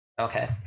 Okay